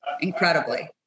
incredibly